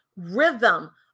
Rhythm